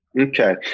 okay